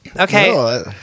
okay